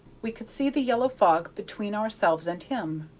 we could see the yellow fog between ourselves and him.